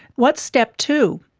what's step two?